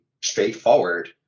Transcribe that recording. straightforward